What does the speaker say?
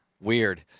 Weird